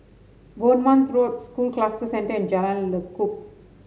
Bournemouth Road School Cluster Centre and Jalan Lekub